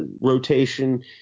rotation